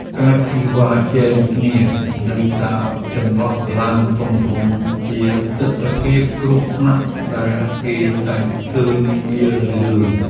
ការជិះវ៉ាជែងគ្នានៅតាមចន្លោះឡានធំៗជាទិដ្ឋភាពគ្រោះថ្នាក់ដែលគេតែងឃើញជារឿយៗ។